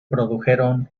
produjeron